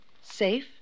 Safe